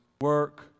Work